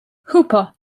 hooper